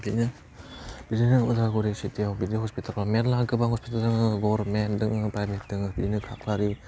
बेनो बिदिनो उदालगुरि सिटियाव बिदि हस्पितालफ्राव मेरला गोबां हस्पिताल गरमेन्ट दङ प्राइभेट दङो बेनो खाख्लारि